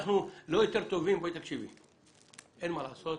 אין מה לעשות.